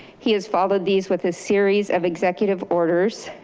he has followed these with his series of executive orders,